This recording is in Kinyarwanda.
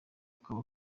akaba